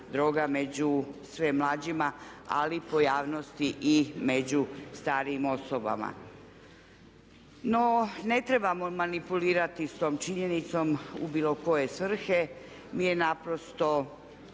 droga među sve mlađima, ali pojavnosti i među starijim osobama. No, ne trebamo manipulirati sa tom činjenicom u bilo koje svrhe, mi je naprosto